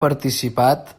participat